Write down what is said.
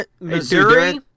Missouri